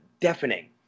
deafening